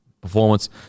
performance